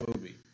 movie